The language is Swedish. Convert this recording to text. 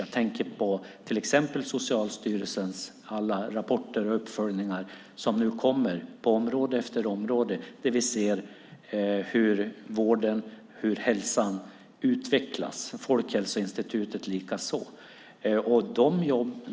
Jag tänker på till exempel Socialstyrelsens alla rapporter och uppföljningar som nu kommer på område efter område där vi ser hur vården och hälsan utvecklas. Det gäller Folkhälsoinstitutet likaså.